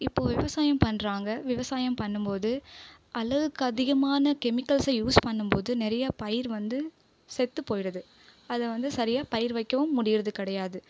இப்போது விவசாயம் பண்றாங்க விவசாயம் பண்ணும்போது அளவுக்கதிகமான கெமிக்கல்ஸை யூஸ் பண்ணும்போது நிறைய பயிர் வந்து செத்து போயிடுது அதை வந்து சரியாக பயிர் வைக்கவும் முடிகிறது கிடையாது